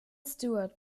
stewart